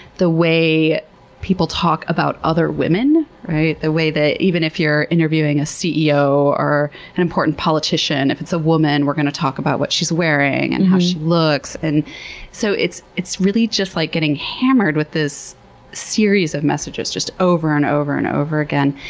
the way people talk about other women, right? the way that even if you're interviewing a ceo, or an important politician, if it's a woman, we're going to talk about what she's wearing and how she looks. and so it's it's really just, like, getting hammered with this series of messages just over and over and over again.